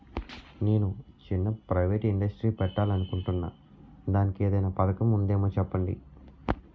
నేను చిన్న private industry పెట్టాలి అనుకుంటున్నా దానికి ఏదైనా పథకం ఉందేమో చెప్పండి?